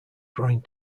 growing